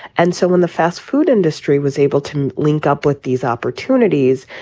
and so in the fast food industry was able to link up with these opportunities.